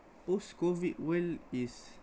post-COVID world is